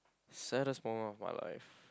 saddest moment of my life